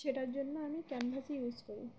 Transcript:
সেটার জন্য আমি ক্যানভাসই ইউজ করি